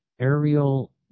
aerial